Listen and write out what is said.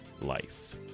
life